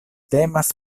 temas